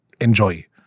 enjoy